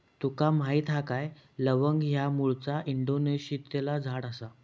तुका माहीत हा काय लवंग ह्या मूळचा इंडोनेशियातला झाड आसा